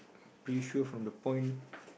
pretty sure from the point